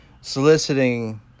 soliciting